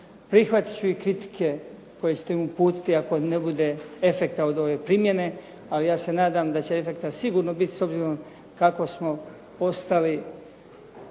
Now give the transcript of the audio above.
Prihvatit ću i kritike koje ćete mi uputiti ako ne bude efekta od ove primjene, ali ja se nadam da će efekta sigurno biti s obzirom kako smo postali